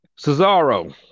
Cesaro